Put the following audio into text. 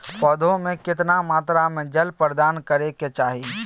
पौधों में केतना मात्रा में जल प्रदान करै के चाही?